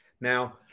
now